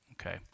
okay